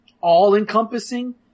all-encompassing